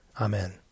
Amen